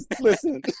Listen